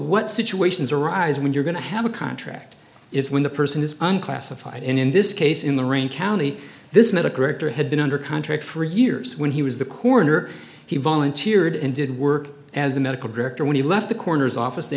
what situations arise when you're going to have a contract is when the person is unclassified and in this case in the rain county this medical rector had been under contract for years when he was the corner he volunteered in did work as a medical director when he left the coroner's office t